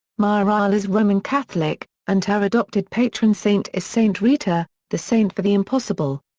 mireille is roman catholic, and her adopted patron saint is saint rita, the saint for the impossible.